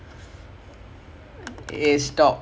ya அதுல்லாம் சப்ப:athullaam sappa team யாரு பாக்குரா:yaaru paakkuraa